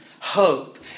hope